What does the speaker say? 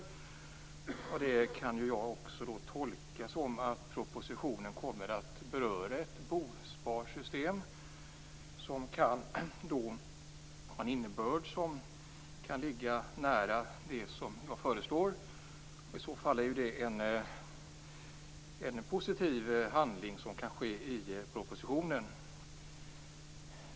Det kan jag tolka som att propositionen kommer att beröra ett bosparsystem med en innebörd som ligger nära det som jag föreslår. I så fall är det en positiv handling.